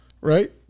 Right